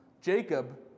Jacob